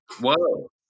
whoa